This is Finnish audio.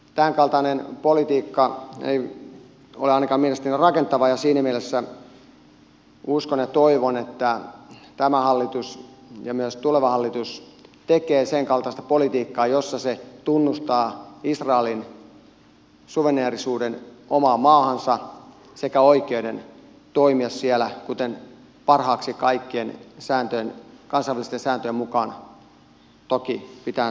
tämänkaltainen politiikka ei ole ainakaan mielestäni rakentavaa ja siinä mielessä uskon ja toivon että tämä hallitus ja myös tuleva hallitus tekee senkaltaista politiikkaa jossa se tunnustaa israelin suvereenisuuden omaan maahansa sekä oikeuden toimia siellä kuten kaikkien kansainvälisten sääntöjen mukaan toki pitää